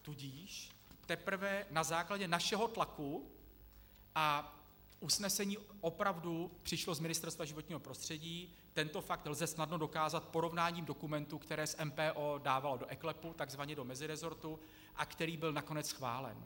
Tudíž teprve na základě našeho tlaku a usnesení opravdu přišlo z Ministerstva životního prostředí, tento fakt lze snadno dokázat porovnáním dokumentů, které z MPO dávalo do eKLEPu, tzv. do meziresortu, a který byl nakonec schválen.